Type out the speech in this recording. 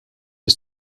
des